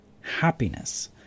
happiness